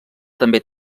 també